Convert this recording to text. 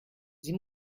sie